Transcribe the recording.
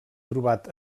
trobat